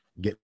get